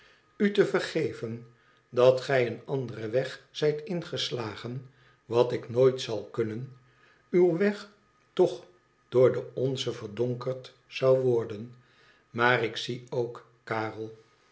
u te vergeven dat gij een anderen weg zijt ingeslagen wat ik nooit zal kunnen uw weg toch door den onzen verdonkerd zou worden maar ik zie ook karel